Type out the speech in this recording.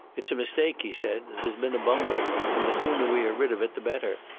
it's a mistake, he said. there's been a bungle, and the sooner we are rid of it the better.